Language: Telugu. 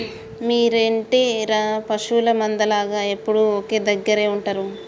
మీరేంటిర పశువుల మంద లాగ ఎప్పుడు ఒకే దెగ్గర ఉంటరు